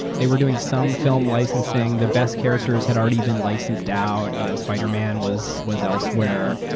they were doing some film licensing. the best characters had already been licensed out, you know spider man was was elsewhere.